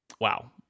Wow